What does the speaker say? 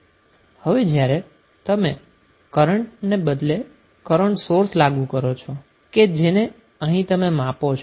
હવે જ્યારે તમે કરન્ટ ને બદલે કરન્ટ સોર્સ લાગુ કરો છો કે જેને અહીં તમે માપો છો